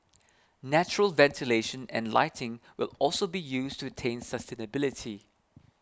natural ventilation and lighting will also be used to attain sustainability